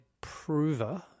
prover